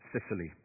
Sicily